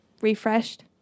Refreshed